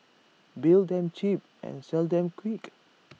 build them cheap and sell them quick